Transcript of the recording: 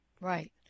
right